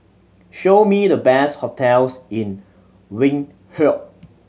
show me the best hotels in Windhoek